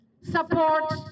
support